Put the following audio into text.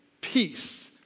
peace